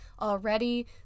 already